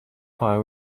pie